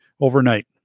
overnight